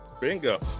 Bingo